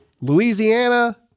Louisiana